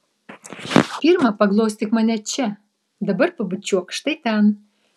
pirma paglostyk mane čia dabar pabučiuok štai ten